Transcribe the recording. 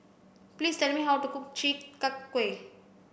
please tell me how to cook chi kak kuih